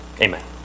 Amen